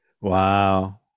Wow